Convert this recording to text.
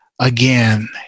again